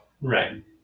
right